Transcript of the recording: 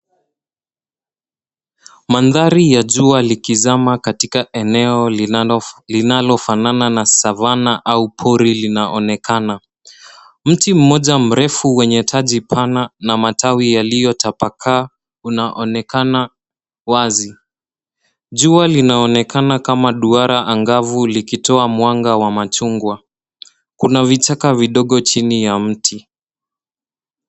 Mandhari ya jua likizama katika eneo linalofanana na savanna au pori linaonekana. Mti mmoja mrefu wenye taji pana na matawi yaliyo tapakaa unaonekana wazi. Jua linaonekana kama duara angavu likitoa mwanga wa machungwa. Kuna vichaka vidogo chini ya mti.